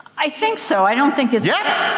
i think so, i don't think it's yes?